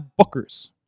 bookers